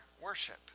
worship